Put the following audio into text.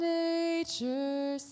nature